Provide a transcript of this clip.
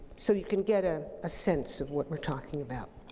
so you can get a sense of what we're talking about.